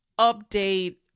update